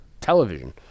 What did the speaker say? television